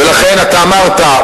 ולכן אתה אמרת,